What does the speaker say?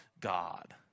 God